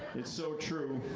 it's so true.